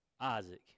Isaac